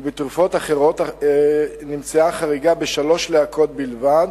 ובתרופות אחרות נמצאה חריגה בשלוש להקות בלבד,